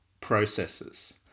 Processes